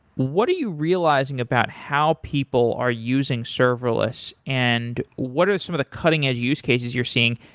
what are you realizing about how people are using serverless and what are some of the cutting-edge use cases you're seeing?